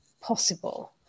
possible